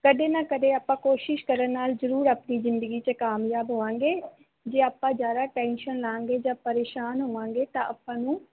ਕਦੇ ਨਾ ਕਦੇ ਆਪਾਂ ਕੋਸ਼ਿਸ਼ ਕਰਨ ਨਾਲ ਜ਼ਰੂਰ ਆਪਣੀ ਜ਼ਿੰਦਗੀ 'ਚ ਕਾਮਯਾਬ ਹੋਵਾਂਗੇ ਜੇ ਆਪਾਂ ਜ਼ਿਆਦਾ ਟੈਨਸ਼ਨ ਲਾਂਗੇ ਜਾਂ ਪ੍ਰੇਸ਼ਾਨ ਹੋਵਾਂਗੇ ਤਾਂ ਆਪਾਂ ਨੂੰ